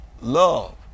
love